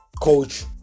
coach